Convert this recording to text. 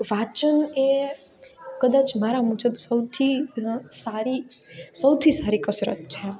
વાંચન એ કદાચ મારા મુજબ સૌથી સારી સૌથી સારી કસરત છે